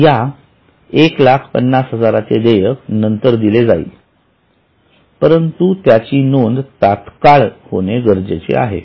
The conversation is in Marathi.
या १५०००० चे देयक नंतर दिले जाईल परंतु त्याची नोंद तात्काळ होणे गरजेचे आहे